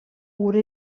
gure